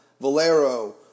Valero